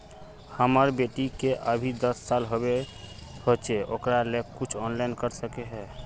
हमर बेटी के अभी दस साल होबे होचे ओकरा ले कुछ ऑनलाइन कर सके है?